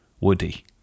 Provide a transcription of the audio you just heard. woody